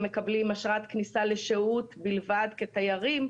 הם מקבלים אשרת כניסה לשהות בלבד כתיירים,